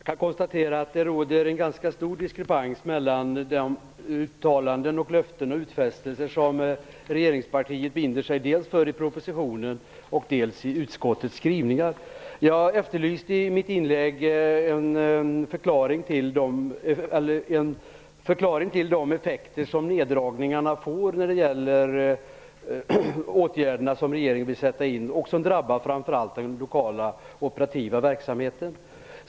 Fru talman! Jag kan konstatera att det råder en ganska stor diskrepans mellan de uttalanden, löften och utfästelser som regeringspartiet binder sig för dels i propositionen, dels i utskottets skrivningar. Jag efterlyste i mitt inlägg en förklaring till de effekter som neddragningarna får när det gäller de åtgärder som regeringen vill sätta in och som drabbar framför allt den lokala operativa verksamheten.